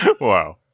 Wow